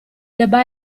debba